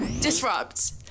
disrupt